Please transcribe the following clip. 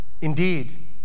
Indeed